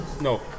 No